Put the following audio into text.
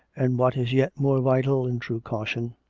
and what is yet more vital in true caution,